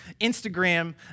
Instagram